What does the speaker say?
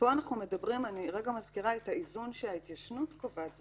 אני מזכירה את האיזון שההתיישנות קובעת,